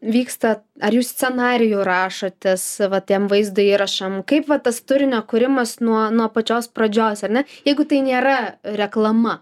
vyksta ar jūs scenarijų rašotės va tiem vaizdo įrašam kaip va tas turinio kūrimas nuo nuo pačios pradžios ar ne jeigu tai nėra reklama